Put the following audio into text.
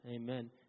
amen